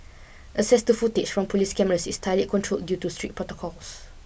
access to footage from police cameras is tightly controlled due to strict protocols